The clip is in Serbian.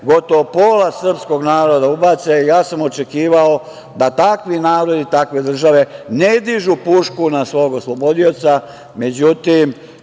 gotovo pola srpskog naroda ubace, ja sam očekivao da takvi narodi i takve države ne dižu pušku na svog oslobodioca,